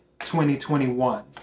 2021